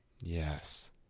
Yes